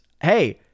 hey